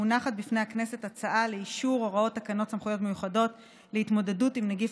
מונחת בפני הכנסת הצעה לאישור הוראות תקנות סמכויות להתמודדות עם נגיף